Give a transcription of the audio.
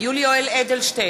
יולי יואל אדלשטיין,